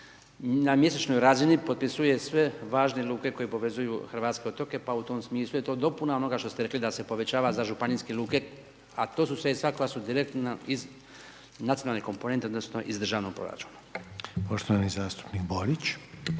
na mjesečnoj razini potpisuje sve važne luke koje povezuju hrvatske otoke, pa u tome smislu je to dopuna onoga što ste rekli da se povećava za županijske luke, a to su sredstva koja su direktno iz nacionalnih komponenta odnosno iz državnog proračuna. **Reiner, Željko